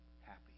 happy